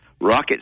Rocket